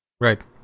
Right